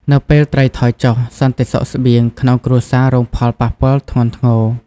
នៅពេលត្រីថយចុះ សន្តិសុខស្បៀងក្នុងគ្រួសាររងផលប៉ះពាល់ធ្ងន់ធ្ងរ។